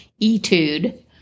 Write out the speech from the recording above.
Etude